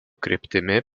kryptimi